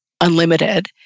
unlimited